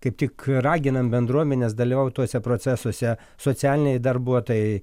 kaip tik raginam bendruomenes dalyvaut tuose procesuose socialiniai darbuotojai